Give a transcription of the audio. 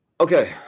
okay